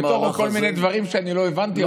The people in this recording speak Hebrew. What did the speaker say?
אם אין בתוכו כל מיני דברים שאני לא הבנתי עכשיו,